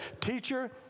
Teacher